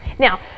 Now